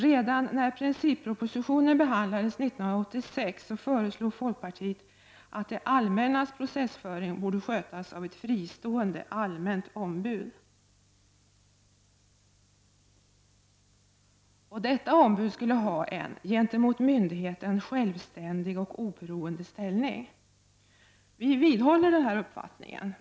Redan när princippropositionen behandlades 1986 före slog folkpartiet att det allmännas processföring borde skötas av ett fristående allmänt ombud. Detta ombud skulle ha en gentemot myndigheten självständig och oberoende ställning. Vi vidhåller denna uppfattning.